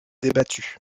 débattue